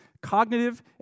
cognitive